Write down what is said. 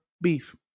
beef